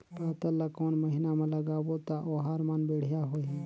पातल ला कोन महीना मा लगाबो ता ओहार मान बेडिया होही?